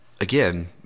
Again